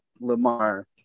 Lamar